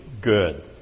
good